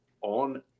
on